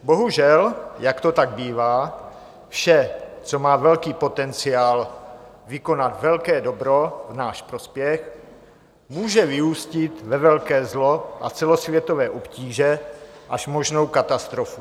Bohužel, jak to tak bývá, vše, co má velký potenciál vykonat velké dobro v náš prospěch, může vyústit ve velké zlo a celosvětové obtíže až možnou katastrofu.